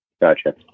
Gotcha